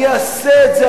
אני אעשה את זה,